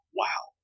wow